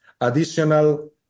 additional